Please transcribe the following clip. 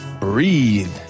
breathe